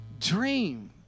dream